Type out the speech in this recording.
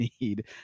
need